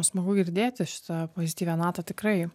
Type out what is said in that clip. smagu girdėti šitą pozityvią natą tikrai